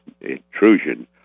intrusion